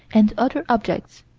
and other objects.